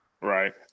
Right